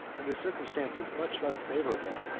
under circumstances much less favorable,